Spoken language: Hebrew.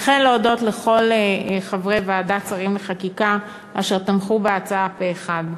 וכן להודות לכל חברי ועדת שרים לחקיקה אשר תמכו בהצעה פה-אחד,